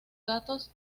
gatos